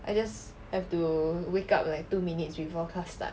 I just have to wake up like two minutes before class start